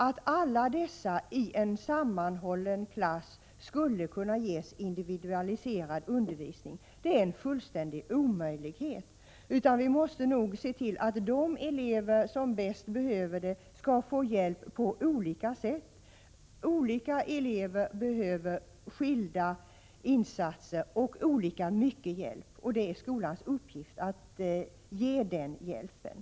Att alla dessa i en sammanhållen klass skulle kunna ges individualiserad undervisning är en fullständig omöjlighet. Vi måste nog se till att de elever som bäst behöver det skall få hjälp på olika sätt. Olika elever behöver skilda insatser och olika mycket hjälp. Det är skolans uppgift att ge den hjälpen.